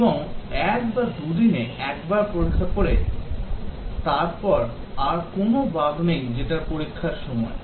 এবং এক বা দুদিনে একবার পরীক্ষার পরে আর কোনও বাগ নেই যেটা পরীক্ষার সময়